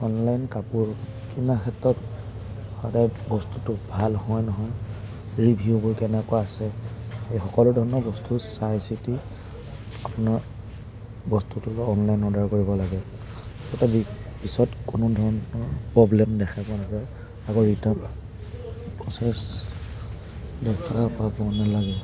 online কাপোৰ কিনা ক্ষেত্ৰত সদায় বস্তুটো ভাল হয় নহয় ৰিভিউবোৰ কেনেকুৱা আছে এই সকলো ধৰণৰ বস্তু চাই চিটি আপোনাৰ বস্তুটো অনলাইন অৰ্ডাৰ কৰিব লাগে যাতে কি পিছত কোনো ধৰণৰ প্ৰব্লেম দেখা পোৱা নাযায় আকৌ ৰিটাৰ্ণ প্ৰচেছ দেখা পাব নালাগে